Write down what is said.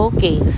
Okay